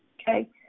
okay